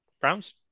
Browns